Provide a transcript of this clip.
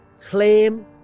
claim